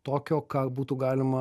tokio ką būtų galima